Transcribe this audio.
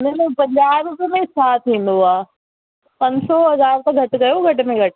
न न पंजाह रुपए में छा थींदो आहे पंज सौ हज़ार त घटि कयो घटि में घटि